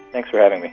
thanks for having me